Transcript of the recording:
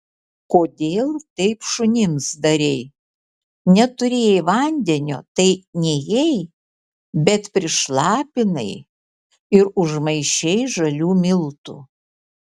kodėl taip šunims darei neturėjai vandenio tai nėjai bet prišlapinai ir užmaišei žalių miltų